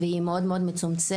היא מאוד מאוד מצומצמת,